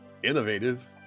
Innovative